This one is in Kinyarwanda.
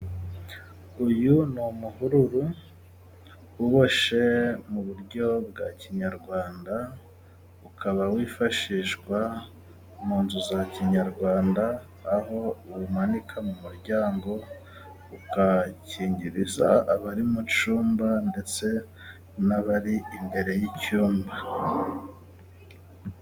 Uyu ni umuhururu uboshye mu buryo bwa kinyarwanda ukaba wifashishwa mu nzu za kinyarwanda, aho uwumanika mu muryango ugakingiriza abari mu cyumba ndetse n'abari imbere y'icyumba.